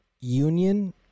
union